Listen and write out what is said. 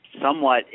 somewhat